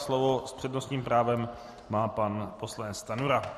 Slovo s přednostním právem má pan poslanec Stanjura.